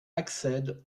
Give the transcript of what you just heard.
accèdent